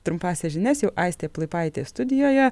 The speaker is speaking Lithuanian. trumpąsias žinias jau aistė plaipaitė studijoje